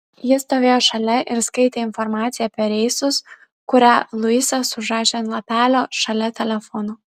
ji stovėjo šalia ir skaitė informaciją apie reisus kurią luisas užrašė ant lapelio šalia telefono